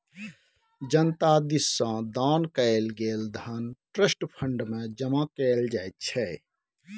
जनता दिस सँ दान कएल गेल धन ट्रस्ट फंड मे जमा कएल जाइ छै